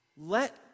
Let